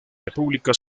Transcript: república